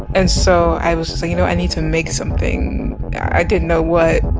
and so i was so you know i need to make something i didn't know what